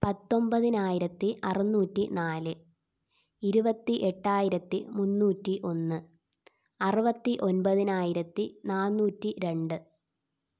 പത്തൊൻപത്തിനായിരത്തി അറുന്നൂറ്റി നാല് ഇരുപത്തി എട്ടായിരത്തി മുന്നൂറ്റി ഒന്ന് അറുപത്തി ഒൻപതിനായിരത്തി നാനൂറ്റി രണ്ട്